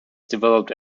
developed